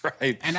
right